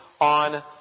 on